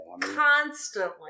Constantly